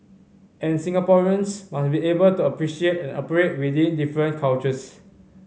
and Singaporeans must be able to appreciate and operate within different cultures